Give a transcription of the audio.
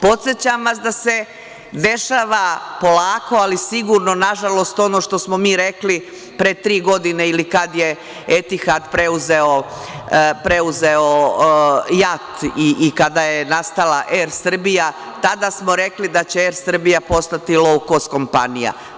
Podsećam vas da se dešava polako, ali sigurno, nažalost, ono što smo mi rekli pre tri godine ili kad je „Etihad“ preuzeo JAT i kada je nastala „Er Srbija“, tada smo rekli da će „Er Srbija“ postati lou kost kompanija.